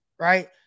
right